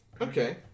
Okay